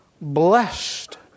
blessed